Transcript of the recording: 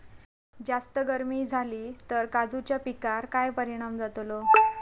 जास्त गर्मी जाली तर काजीच्या पीकार काय परिणाम जतालो?